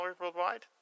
worldwide